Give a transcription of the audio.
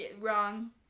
Wrong